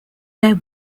their